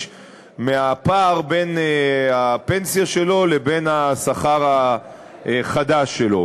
מהפער בין הפנסיה שלו לבין השכר החדש שלו,